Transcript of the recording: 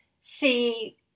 see